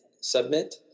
submit